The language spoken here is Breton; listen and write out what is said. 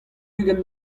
ugent